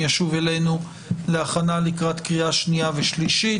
תשוב אלינו להכנה לקראת קריאה שנייה ושלישית.